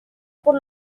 por